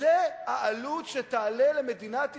מסכנים את היציבות שלכם ואת היציבות הכלכלית של מדינת ישראל,